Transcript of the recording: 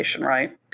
right